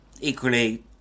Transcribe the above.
equally